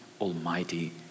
Almighty